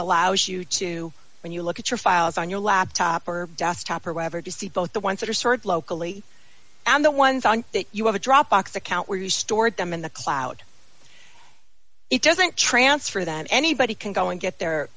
allows you to when you look at your files on your laptop or desktop or whatever to see both the ones that are sort locally and the ones on that you have a dropbox account where you stored them in the cloud it doesn't transfer that anybody can go and get their